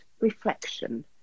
reflection